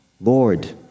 Lord